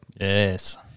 yes